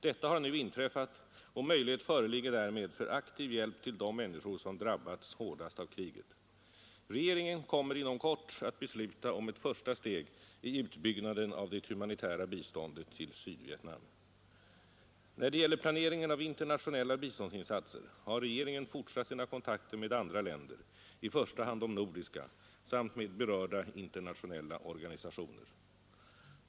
Detta har nu inträffat och möjlighet föreligger därmed för aktiv hjälp till de människor som drabbats hårdast av kriget. Regeringen kommer inom kort att besluta om ett första steg i utbyggnaden av det humanitära biståndet till Sydvietnam. När det gäller planeringen av internationella biståndsinsatser har regeringen fortsatt sina kontakter med andra länder, i första hand de nordiska, samt med berörda internationella organisationer.